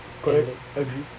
correct agree